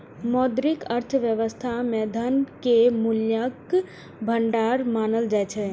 मौद्रिक अर्थव्यवस्था मे धन कें मूल्यक भंडार मानल जाइ छै